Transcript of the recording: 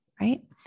right